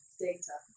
data